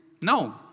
No